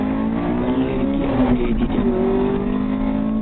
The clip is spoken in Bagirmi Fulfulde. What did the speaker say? Vallirki andeji jamanu nane.